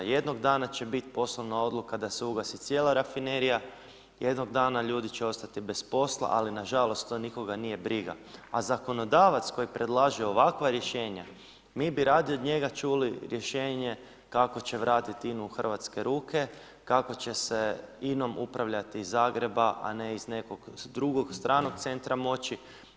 Jednog dana će biti poslovna odluka će biti poslovna odluka da se ugasi cijela rafinerija, jednog dana ljudi će ostati bez posla, ali nažalost to nikoga nije briga, a zakonodavac koji predlaže ovakva rješenja, mi bi radije od njega čuli rješenje kako će vratiti INA-u u hrvatske ruke, kako će se INA-om upravljati iz Zagreba, a ne iz nekog drugog stranog centra moći.